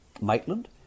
maitland